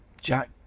Jack